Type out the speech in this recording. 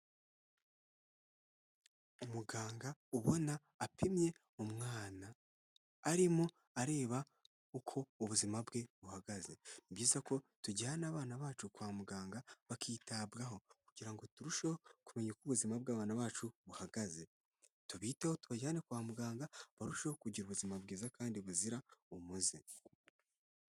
Umuganga ubona apimye umwana arimo areba uko ubuzima bwe buhagaze, ni byiza ko tujyana abana bacu kwa muganga bakitabwaho kugira ngo turusheho kumenya uko ubuzima bw'abana bacu buhagaze, tubiteho tubajyane kwa muganga barusheho kugira ubuzima bwiza kandi buzira umuze.